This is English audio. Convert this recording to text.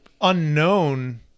unknown